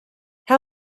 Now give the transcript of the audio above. how